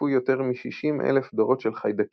התחלפו יותר מ-60,000 דורות של חיידקים,